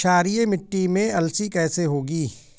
क्षारीय मिट्टी में अलसी कैसे होगी?